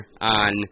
on